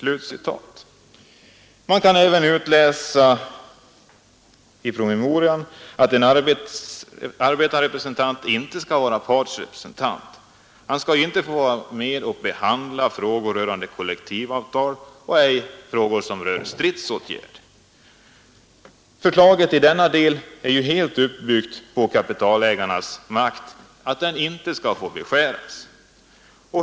Man kan av detta utläsa att en arbetarrepresentant inte skall vara partsrepresentånt. Han skall ju inte få vara med och behandla frågor rörande kollektivavtal eller frågor som rör stridsåtgärd. Förslaget är i denna del helt uppbyggt på att kapitalägarnas makt inte skall beskäras.